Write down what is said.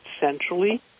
centrally